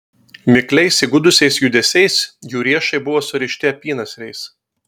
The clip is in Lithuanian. mikliais įgudusiais judesiais jų riešai buvo surišti apynasriais